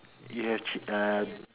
you have ch~ uh